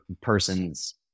person's